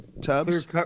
tubs